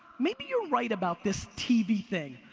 maybe you're right about this tv thing,